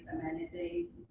amenities